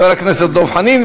חבר הכנסת דב חנין,